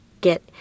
get